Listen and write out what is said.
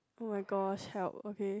oh-my-gosh help okay